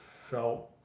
felt